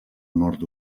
nord